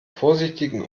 vorsichtigen